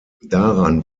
daran